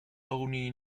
only